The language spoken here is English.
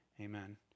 Amen